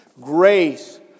Grace